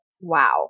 Wow